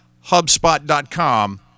HubSpot.com